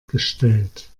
gestellt